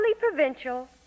provincial